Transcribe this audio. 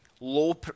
low